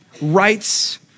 rights